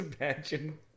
imagine